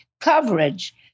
coverage